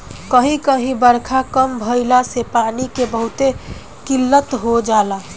कही कही बारखा कम भईला से पानी के बहुते किल्लत हो जाला